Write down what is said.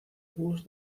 búhos